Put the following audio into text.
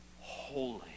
holy